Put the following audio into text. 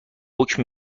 حکم